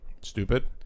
stupid